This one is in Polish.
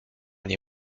nie